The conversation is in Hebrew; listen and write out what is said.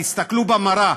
תסתכלו במראה.